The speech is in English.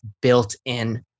built-in